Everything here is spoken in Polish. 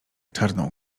czarną